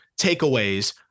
takeaways